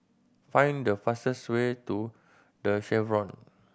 find the fastest way to The Chevrons